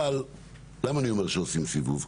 אבל למה אני אומר שעושים סיבוב?